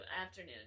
afternoon